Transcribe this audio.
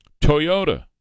Toyota